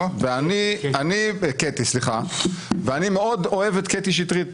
ואני מאוד אוהב את קטי שטרית.